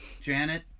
Janet